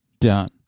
done